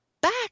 back